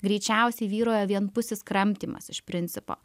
greičiausiai vyrauja vienpusis kramtymas iš principo